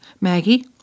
Maggie